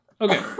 Okay